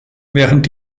während